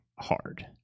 hard